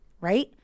right